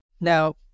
now